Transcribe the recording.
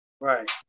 Right